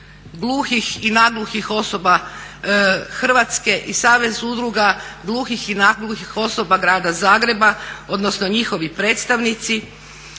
gluhih i nagluhih osoba Hrvatske i Savez udruga gluhih i nagluhih osoba Grada Zagreba, odnosno njihovi predstavnici,